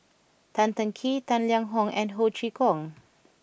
Tan Teng Kee Tang Liang Hong and Ho Chee Kong